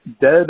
dead